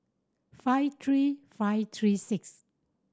five three five three six